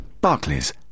Barclays